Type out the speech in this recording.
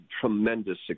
tremendous